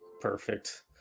Perfect